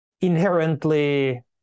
inherently